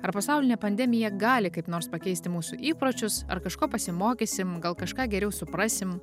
ar pasaulinė pandemija gali kaip nors pakeisti mūsų įpročius ar kažko pasimokysim gal kažką geriau suprasim